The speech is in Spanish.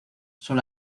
son